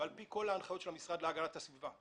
ועל פי כל ההנחיות של המשרד להגנת הסביבה.